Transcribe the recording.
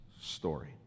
story